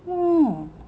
!whoa!